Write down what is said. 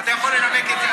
אתה יכול לנמק את זה,